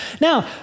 now